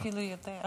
יש לי אפילו יותר.